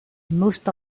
most